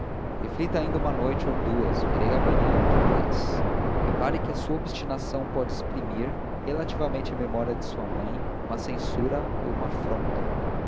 reflita ainda uma noite ou duas virei amanhã ou depois repare que a sua obstinação pode exprimir relativamente à memória de sua mãe uma censura ou uma afronta